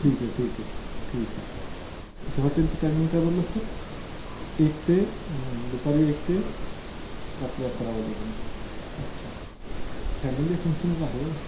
ठीक आहे ठीक आहे ठीक आहे तुमच्या हॉटेलचं टायमिंग काय बोलला सर एक ते दुपारी एक ते रात्री अकरा वाजेपर्यंत अच्छा फॅमिली फंक्शनच आहे